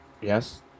Yes